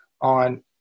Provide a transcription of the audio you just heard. on